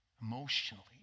Emotionally